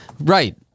Right